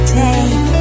take